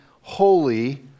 holy